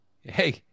Hey